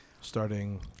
Starting